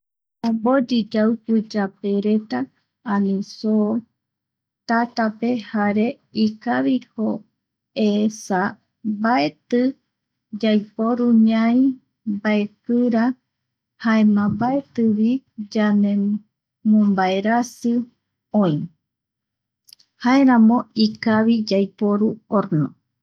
Oboyi yau guiyapereta, ani soo, tatape jare ikaviko eesa mbaeti yaiporu ñai mbaekira jaema mbaeti yande mbo baerasita oï jaeramo jaeramo ikavi yaiporu horno.